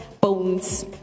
Bones